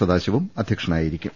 സദാശിവം അധ്യക്ഷനായിരിക്കും